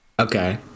Okay